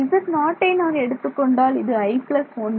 z0ஐ நான் எடுத்துக்கொண்டால் இது i 1